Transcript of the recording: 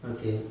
okay